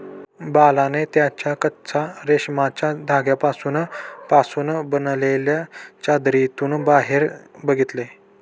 बाळाने त्याच्या कच्चा रेशमाच्या धाग्यांपासून पासून बनलेल्या चादरीतून बाहेर बघितले